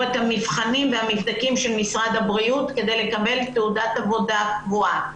את המבחנים והמבדקים של משרד הבריאות כדי לקבל תעודת עבודה קבועה.